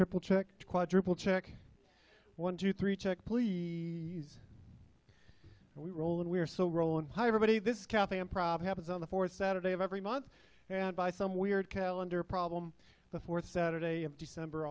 triple check quadruple check one two three check please we roll and we're so roland hi everybody this is cathy and probably happens on the fourth saturday of every month and by some weird calendar problem the fourth saturday of december